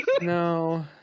No